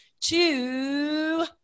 two